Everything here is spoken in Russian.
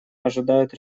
ожидают